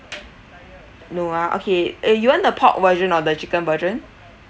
no ah okay eh you want the pork version or the chicken version